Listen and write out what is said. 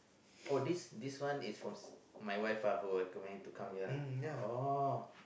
oh this this one is from my wife ah who come yeah oh